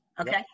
Okay